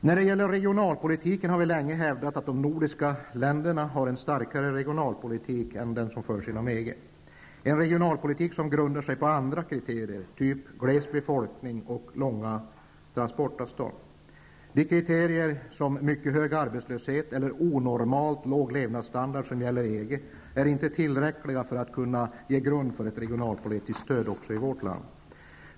När det gäller regionalpolitiken har vi länge hävdat att de nordiska länderna har en starkare regionalpolitik än den som förs inom EG. Vår regionalpolitik grundar sig på andra kriterier av typ glest befolkat land och långa transportavstånd. De kriterier som gäller i EG, hög arbetslöshet och/eller onormalt låg levnadsstandard, är inte tillräckliga för att kunna ge grund för ett regionalpolitiskt stöd i vårt land.